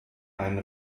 einen